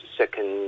second